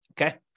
Okay